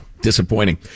Disappointing